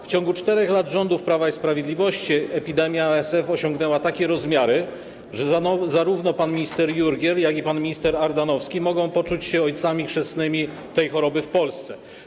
W ciągu 4 lat rządów Prawa i Sprawiedliwości epidemia ASF osiągnęła takie rozmiary, że zarówno pan minister Jurgiel, jak i pan minister Ardanowski mogą poczuć się ojcami chrzestnymi tej choroby w Polsce.